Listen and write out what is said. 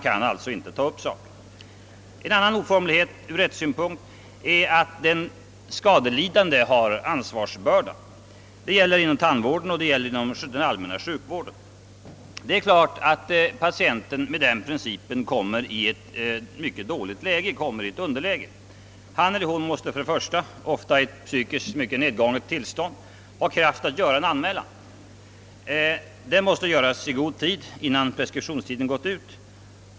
En annan oformlighet ur rättssynpunkt är att det är den skadelidande som har bevisbördan. Detta gäller såväl inom tandvården som inom den allmänna sjukvården. Det är klart att patienten enligt denna princip kommer i underläge. Han eller hon måste först och främst — ofta i ett psykiskt mycket nedgånget tillstånd — ha kraft att göra en anmälan. Denna anmälan måste göras i god tid före preskriptionstidens utgång.